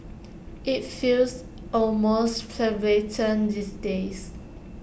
IT feels almost these days